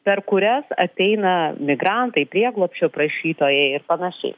per kurias ateina migrantai prieglobsčio prašytojai ir panašiai